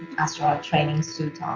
astronaut training suit ah